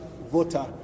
voter